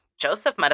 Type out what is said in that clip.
Joseph